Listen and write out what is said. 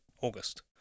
august